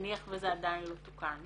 ונניח וזה עדיין לא תוקן?